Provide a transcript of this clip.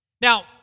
Now